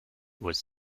was